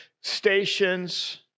stations